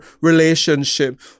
relationship